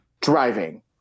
driving